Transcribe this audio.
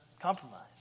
compromise